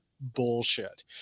bullshit